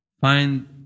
Find